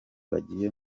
bagiye